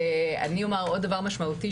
אני אומר עוד דבר משמעותי,